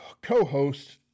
co-host